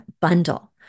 bundle